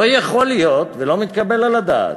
לא יכול להיות ולא מתקבל על הדעת.